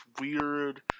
weird